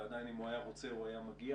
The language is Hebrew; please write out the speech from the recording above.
ועדיין אם הוא היה רוצה הוא היה מגיע,